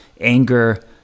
anger